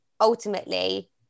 ultimately